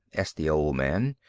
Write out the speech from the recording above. asked the old man.